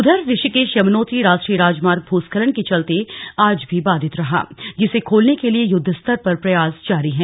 उधर ऋषिकेश यमुनोत्री राष्ट्रीय राजमार्ग भूस्खलन के चलते आज भी बाधित रहा जिसे खोलने के लिए युद्धस्तर पर प्रयास जारी हैं